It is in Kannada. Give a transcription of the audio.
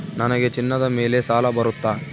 ನನಗೆ ಚಿನ್ನದ ಮೇಲೆ ಸಾಲ ಬರುತ್ತಾ?